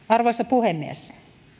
arvoisa puhemies